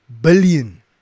billion